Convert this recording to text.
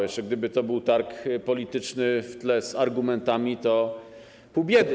Jeszcze gdyby to był targ polityczny w tle z argumentami, to pół biedy.